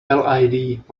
led